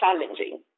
challenging